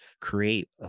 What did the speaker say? create